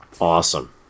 awesome